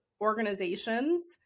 organizations